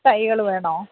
തൈകൾ വേണോ